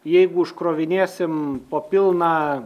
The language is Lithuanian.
jeigu užkrovinėsim po pilną